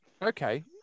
Okay